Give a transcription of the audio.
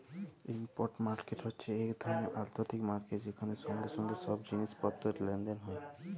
spot market হছে ইক ধরলের আথ্থিক মার্কেট যেখালে সঙ্গে সঙ্গে ছব জিলিস পত্তর লেলদেল হ্যয়